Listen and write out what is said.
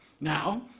Now